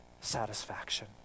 satisfaction